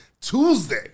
Tuesday